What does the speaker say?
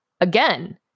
Again